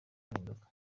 impinduka